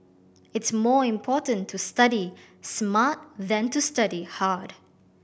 it's more important to study smart than to study hard